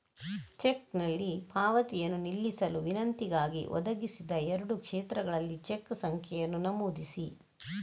ಚೆಕ್ನಲ್ಲಿ ಪಾವತಿಯನ್ನು ನಿಲ್ಲಿಸಲು ವಿನಂತಿಗಾಗಿ, ಒದಗಿಸಿದ ಎರಡೂ ಕ್ಷೇತ್ರಗಳಲ್ಲಿ ಚೆಕ್ ಸಂಖ್ಯೆಯನ್ನು ನಮೂದಿಸಿ